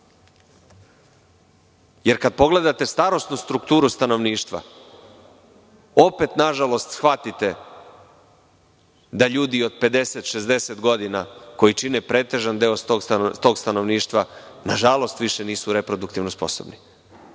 Jer, kada pogledate starosnu strukturu stanovništva, opet nažalost shvatite da ljudi od 50-60 godina koji čine pretežan deo tog stanovništva, nažalost više nisu reproduktivno sposobni